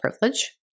privilege